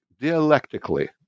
dialectically